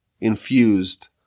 infused